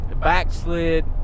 backslid